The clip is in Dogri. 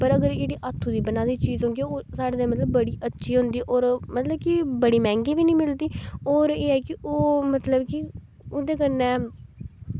पर जेह्ड़ी अगर हत्थों दी बना दी चीज़ होग ओह् साढ़े ताईं मतलब बड़ी अच्छी होंदी होर मतलब कि बड़ी मैंह्गी बी नी मिलदी होर एह् ऐ कि ओह् मतलव कि ओह्दे कन्नै